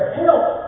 help